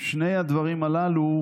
שני הדברים הללו,